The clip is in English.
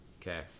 Okay